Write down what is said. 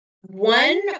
one